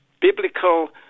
biblical